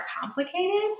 complicated